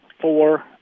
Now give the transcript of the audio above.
four